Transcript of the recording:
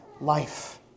life